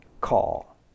Call